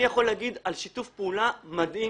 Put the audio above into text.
אני יכול להגיד שיש שיתוף פעולה מדהים